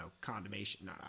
condemnation